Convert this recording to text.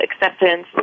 Acceptance